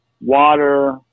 water